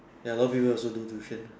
ya a lot of people also do tuition